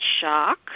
Shock